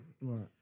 Right